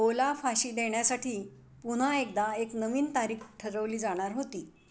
खोला फाशी देण्यासाठी पुन्हा एकदा एक नवीन तारीख ठरवली जाणार होती